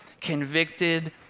convicted